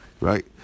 Right